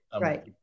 right